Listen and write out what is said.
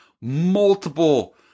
multiple